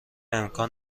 امکان